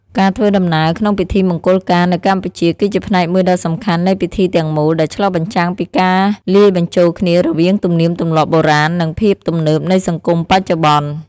ការធ្វើដំណើរក្នុងពិធីមង្គលការនៅកម្ពុជាគឺជាផ្នែកមួយដ៏សំខាន់នៃពិធីទាំងមូល ដែលឆ្លុះបញ្ចាំងពីការលាយបញ្ចូលគ្នារវាងទំនៀមទម្លាប់បុរាណនិងភាពទំនើបនៃសង្គមបច្ចុប្បន្ន។